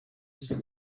biza